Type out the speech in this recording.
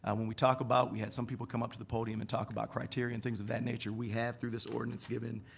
and when we talk about, we had some people come up to the podium and talk about criteria and things of that nature, we have through this ordinance given,